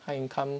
high income